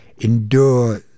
endure